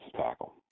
tackle